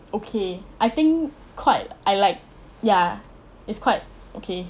okay I think quite I like ya it's quite okay